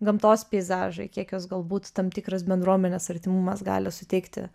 gamtos peizažai kiek jos galbūt tam tikras bendruomenės artimumas gali suteikti